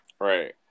Right